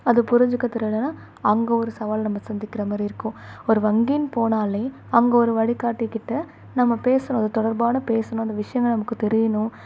அது புரிஞ்சிக்க தெரியலன்னா அங்கே ஒரு சவால் நம்ம சந்திக்கிறமாதிரி இருக்கும் ஒரு வங்கின்னு போனாலே அங்கே ஒரு வழிகாட்டிக்கிட்ட நம்ம பேசுகிறோம் அதை தொடர்பான பேசணும் அந்த விஷயங்கள் நமக்கு தெரியணும்